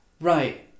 Right